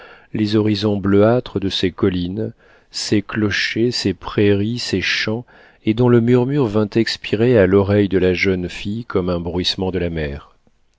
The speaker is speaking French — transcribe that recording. les horizons bleuâtres de ses collines ses clochers ses prairies ses champs et dont le murmure vint expirer à l'oreille de la jeune fille comme un bruissement de la mer